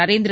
Narendra